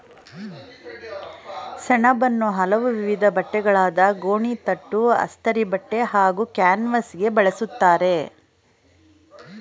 ಸೆಣಬನ್ನು ಹಲವು ವಿಧದ್ ಬಟ್ಟೆಗಳಾದ ಗೋಣಿತಟ್ಟು ಅಸ್ತರಿಬಟ್ಟೆ ಹಾಗೂ ಕ್ಯಾನ್ವಾಸ್ಗೆ ಬಳುಸ್ತರೆ